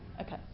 okay